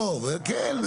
לא, כן.